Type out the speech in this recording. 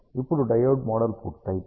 ఇప్పుడు diode model పూర్తయితే